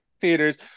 theaters